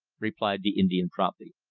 replied the indian promptly.